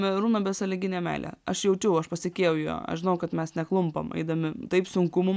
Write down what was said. merūno besąlyginė meilė aš jaučiau aš pasitikėjau juo aš žinojau kad mes neklumpam eidami taip sunku mum